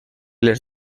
les